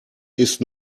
ist